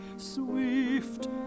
swift